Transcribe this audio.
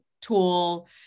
tool